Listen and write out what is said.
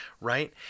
right